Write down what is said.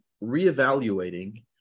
re-evaluating